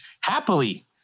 happily